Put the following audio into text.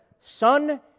Son